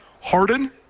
Harden